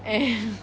and